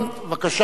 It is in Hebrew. ואחריו,